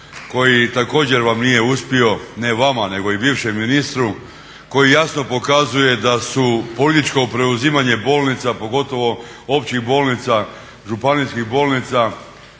koji također vam nije uspio, ne vama nego i bivšem ministru, koji jasno pokazuje da su političko preuzimanje bolnica, pogotovo općih bolnica, županijskih bolnica